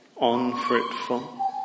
unfruitful